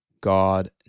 God